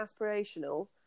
aspirational